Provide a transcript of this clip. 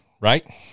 right